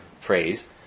phrase